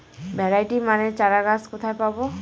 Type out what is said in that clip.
Variety মানের চারাগাছ কোথায় পাবো?